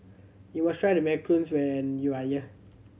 you must try the macarons when you are here